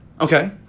Okay